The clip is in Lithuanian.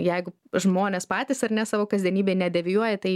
jeigu žmonės patys ar ne savo kasdienybėj nedevijuoja tai